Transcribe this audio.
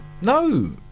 No